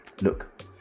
Look